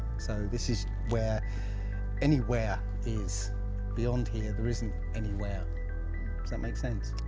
so this is where anywhere is beyond here, there isn't anywhere, does that make sense?